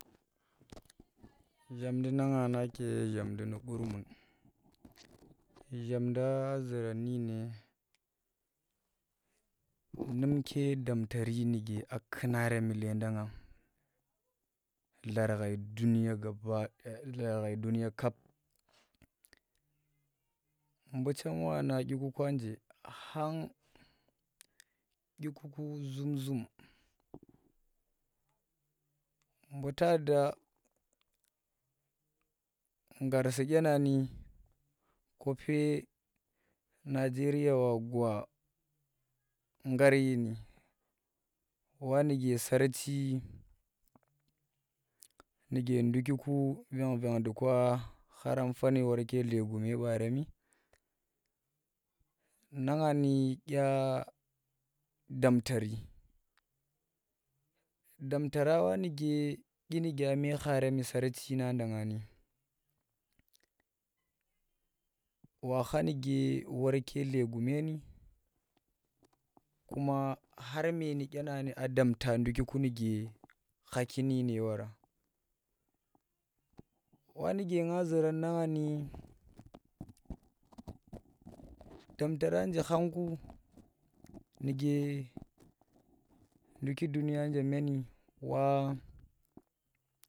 Zhamndi na nga nake zhamndi nu qurnmun zhamnda aa zuran nune num ke damtari nuke a kunarem lenda nga lar ghai duniya gaba daga nu ghai duniya kap bu chem wa na dyiku anje khang dyi kuku zum- zum buta, nggarsi dyina nga ni kope Nigeria wa gwa gar dyini wa nuke sarchi nu ndukiku vang vangq ndu kira khara vani war ke dlegume baaremi nanga ni dya damtari damtara wa nuke dyinuke me khare mi sarchi na ndan wa kha nuke warke dlegume ni kuma har meni dyin kuma lenda yenda a damta nduku nuke khakin dyine wora wanu ge nga zuran na nga ni damtara nje khang ku nuke duk duniya nje meni waaa.